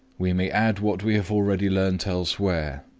we may add what we have already learned elsewhere,